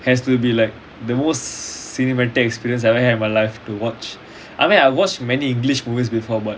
it has to be like the most cinematic experience I've ever had in my life to watch I mean I watch many english movies before but